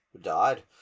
died